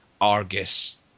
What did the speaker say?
Argus